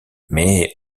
mais